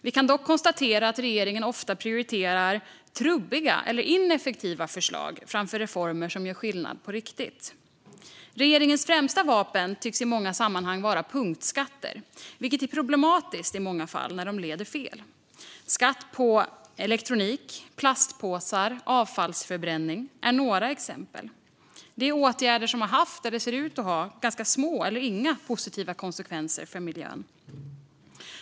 Vi kan dock konstatera att regeringen ofta prioriterar trubbiga eller ineffektiva förslag framför reformer som gör skillnad på riktigt. Regeringens främsta vapen tycks i många sammanhang vara punktskatter, vilket är problematiskt när de i många fall leder fel. Skatt på elektronik, plastpåsar och avfallsförbränning är några exempel. Det är åtgärder som har haft eller ser ut att ha ganska små eller inga positiva konsekvenser för miljön.